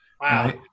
Wow